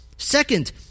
Second